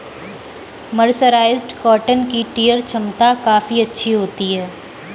mercerised cotton की tear छमता काफी अच्छी होती है